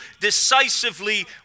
decisively